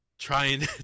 trying